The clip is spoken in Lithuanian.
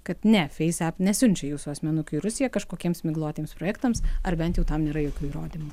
kad ne feis ep nesiunčia jūsų asmenukių į rusija kažkokiems miglotiems projektams ar bent jau tam yra jokių įrodymų